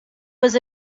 was